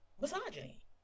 misogyny